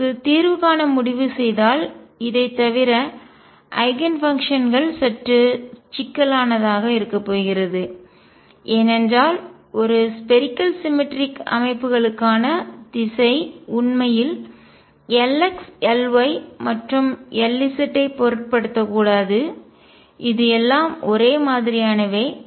அவற்றுக்கு தீர்வு காண முடிவு செய்தால் இதை தவிர ஐகன்ஃபங்க்ஷன்கள் சற்று சிக்கலானதாக இருக்கப் போகிறது ஏனென்றால் ஒரு ஸ்பேரிக்கல் சிமெட்ரிக் கோள சமச்சீர் அமைப்புகளுக்கான திசை உண்மையில் Lx Ly மற்றும் Lz ஐ பொருட்படுத்தக் கூடாது இது எல்லாம் ஒரே மாதிரியானவை